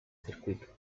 circuito